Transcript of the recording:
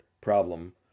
problem